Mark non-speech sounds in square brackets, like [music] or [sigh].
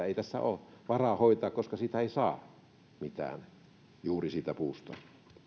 [unintelligible] ei kannata eikä ole varaa hoitaa koska siitä puusta ei saa juuri mitään